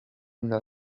nuda